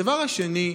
הדבר השני,